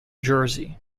jersey